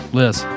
Liz